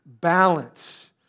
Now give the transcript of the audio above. balance